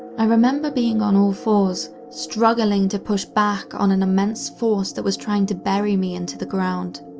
i remember being on all fours, struggling to push back on an immense force that was trying to bury me into the ground.